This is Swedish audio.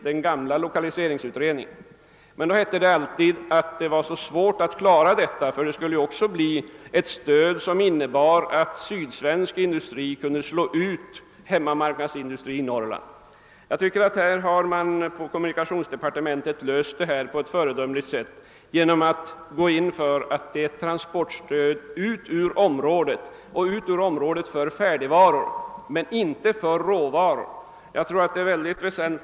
Den diskuterades redan i den gamla 1okaliseringsutredningen, men då hette det alltid att det var så svårt att ge ett sådant stöd därför att det också skulle innebära ett stöd till sydsvensk industri när det gällde att slå ut hemmamarknadsindustrin i Norrland. Jag tycker att man på kommunikationsdepartementet har löst problemet på ett föredömligt sätt genom att man gått in för ett transportstöd för transporter ut ur området av färdigvaror och inget transportstöd alls för råvaror och transporter in i området.